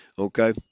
Okay